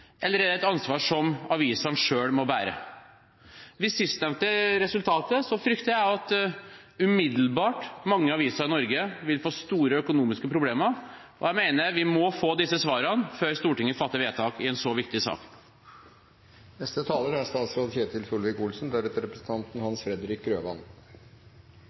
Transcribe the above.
eller er det et ansvar som avisene selv må bære? Hvis det sistnevnte er resultatet, frykter jeg at mange aviser i Norge umiddelbart vil få store økonomiske problemer. Jeg mener vi må få disse svarene før Stortinget fatter vedtak i en så viktig sak. Gode posttjenester er